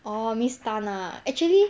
orh miss tan ah actually